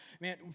Man